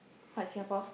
what Singapore